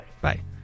Bye